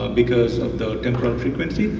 ah because of the frequency,